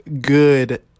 good